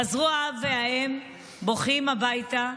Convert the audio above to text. חזרו האב והאם בוכים הביתה,